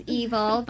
evil